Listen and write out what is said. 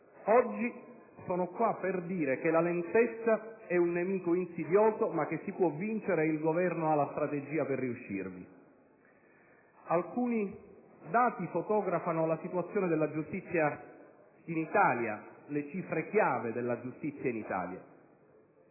Oggi sono qui per dire che la lentezza è nemico insidioso ma che si può vincere e il Governo ha la strategia per riuscirvi. Alcuni dati fotografano lo stato della giustizia in Italia, le cifre chiave della giustizia in Italia.